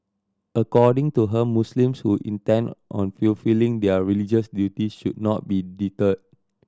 according to her Muslims who intend on fulfilling their religious duties should not be deterred